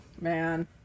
man